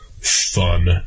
fun